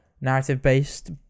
narrative-based